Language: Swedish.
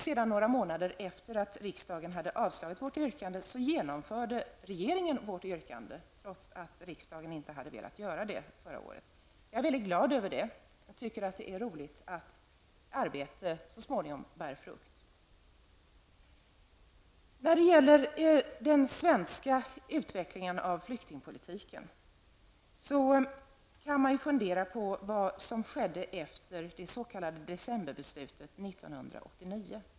Sedan, några månader efter att riksdagen hade avslagit vårt yrkande, genomförde regeringen vårt förslag trots att riksdagen inte hade velat göra det. Jag är mycket glad över det. Jag tycker att det är roligt att arbete så småningom bär frukt. När det gäller utvecklingen av svenska flyktingpolitiken kan man ju fundera på vad som skedde efter det s.k. decemberbeslutet 1989.